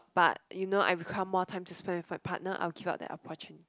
but you know I become more time to spend with my partner I will give up that opportunity